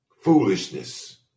Foolishness